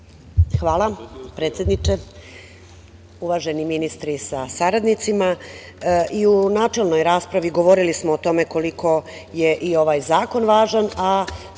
Hvala, predsedniče. Uvaženi ministri sa saradnicima, i u načelnoj raspravi govorili smo o tome koliko je i ovaj zakon važan,